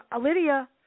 Lydia